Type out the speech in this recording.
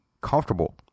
comfortable